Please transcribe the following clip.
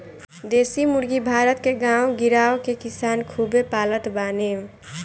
देशी मुर्गी भारत के गांव गिरांव के किसान खूबे पालत बाने